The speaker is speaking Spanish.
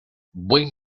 buen